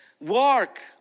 work